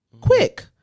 Quick